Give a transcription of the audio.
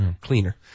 Cleaner